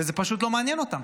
וזה פשוט לא מעניין אותם.